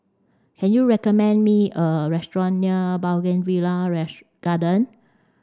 can you recommend me a restaurant near Bougainvillea Garden